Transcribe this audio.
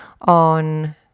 on